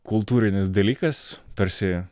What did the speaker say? kultūrinis dalykas tarsi